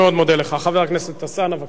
חבר הכנסת אלסאנע, בבקשה.